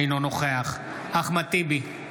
אינו נוכח אחמד טיבי,